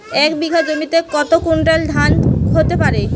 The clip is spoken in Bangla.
এক বিঘা জমিতে কত কুইন্টাল ধান হতে পারে?